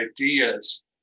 ideas